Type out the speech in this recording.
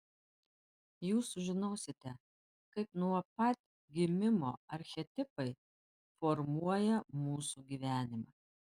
jūs sužinosite kaip nuo pat gimimo archetipai formuoja mūsų gyvenimą